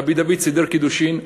רבי דוד סידר קידושין,